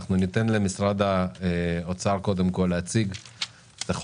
אנחנו ניתן למשרד האוצר להציג את החוק.